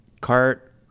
cart